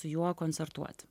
su juo koncertuoti